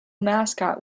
mascot